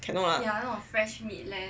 cannot lah